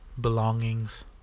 belongings